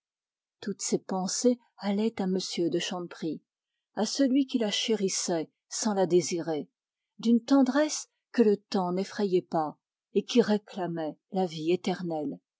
toutes ses pensées allaient à celui qui la chérissait sans la désirer d'une tendresse que le temps n'effrayait pas et qui réclamait la vie éternelle